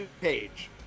page